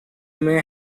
may